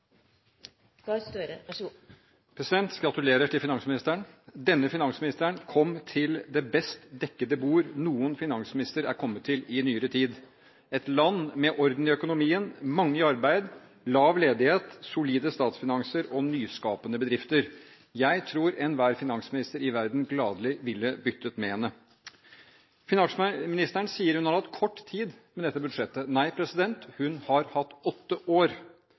Gratulerer til finansministeren. Denne finansministeren kom til det best dekkede bord noen finansminister har kommet til i nyere tid: et land med orden i økonomien, mange i arbeid, lav ledighet, solide statsfinanser og nyskapende bedrifter. Jeg tror enhver finansminister i verden gladelig ville byttet med henne. Finansministeren sier hun har hatt kort tid med dette budsjettet. Nei, hun har hatt åtte år.